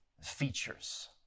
features